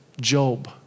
Job